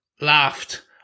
laughed